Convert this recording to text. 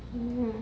mm